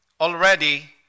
already